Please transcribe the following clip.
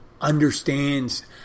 understands